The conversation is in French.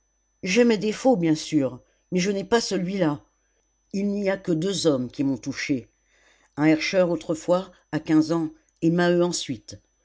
j'ai mes défauts bien sûr mais je n'ai pas celui-là il n'y a que deux hommes qui m'ont touchée un herscheur autrefois à quinze ans et maheu ensuite